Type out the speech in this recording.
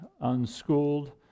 unschooled